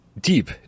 deep